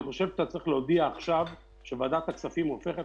אני חושב שאתה צריך להודיע עכשיו שוועדת הכספים הופכת